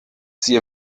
sie